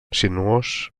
sinuós